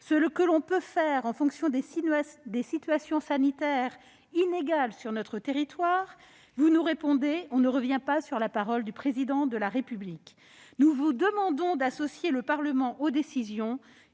ce que l'on peut faire en fonction des situations sanitaires inégales que connaît notre territoire et vous nous répondez :« On ne revient pas sur la parole du Président de la République !» Nous vous demandons d'associer le Parlement aux décisions